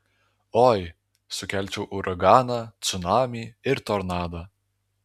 oi sukelčiau uraganą cunamį ir tornadą